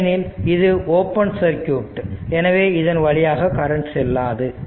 ஏனெனில் இது open circuit எனவே இதன் வழியாக கரண்ட் செல்லாது